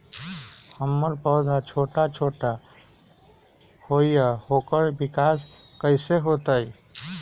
हमर पौधा छोटा छोटा होईया ओकर विकास कईसे होतई?